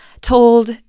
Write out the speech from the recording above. told